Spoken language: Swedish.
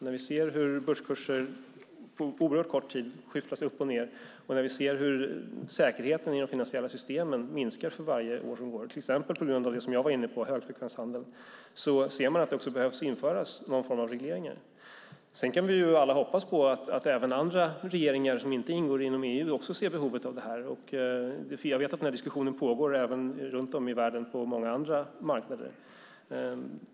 När vi ser hur börskurser på oerhört kort tid skyfflas upp och ned och när vi ser hur säkerheten i de finansiella systemen minskar för varje år som går, till exempel på grund av det jag var inne på, högfrekvenshandel, då ser man att det också behöver införas någon form av regleringar. Vi kan alla hoppas på att även andra regeringar som inte finns inom EU ser behovet av detta. Jag vet att den här diskussionen pågår runt om i världen på många andra marknader.